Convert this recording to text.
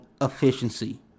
efficiency